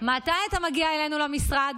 אני מדבר על, מתי אתה מגיע אלינו למשרד?